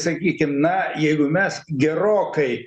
sakykim na jeigu mes gerokai